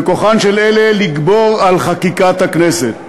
וכוחן של אלה לגבור על חקיקת הכנסת.